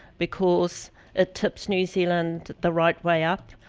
because it tips new zealand the right way up,